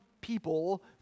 people